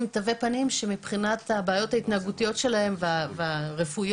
כי יכול להיות שהמצב ההתנהגותי שלהם והרפואי